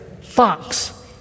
fox